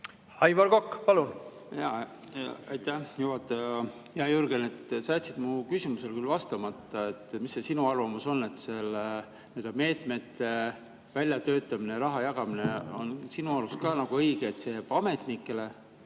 Aivar Kokk, palun!